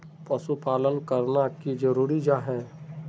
पशुपालन करना की जरूरी जाहा?